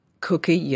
cookie